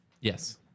Yes